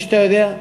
כפי שאתה יודע,